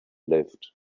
lived